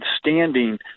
standing